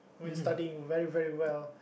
when studying very very well